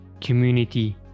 community